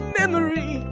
memory